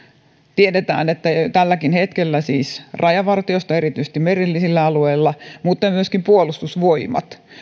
tiedetään että jo tälläkin hetkellä siis rajavartiosto erityisesti merellisillä alueilla ja myöskin puolustusvoimat